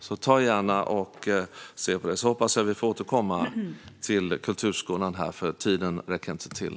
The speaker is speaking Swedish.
Så titta gärna på det, så hoppas jag att vi får återkomma till kulturskolan eftersom tiden inte räcker till.